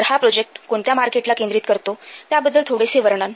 तर हा प्रोजेक्ट कोणत्या मार्केटला केंद्रित करतो त्याबद्दल थोडेसे वर्णन